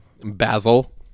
Basil